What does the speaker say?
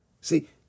See